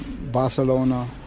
barcelona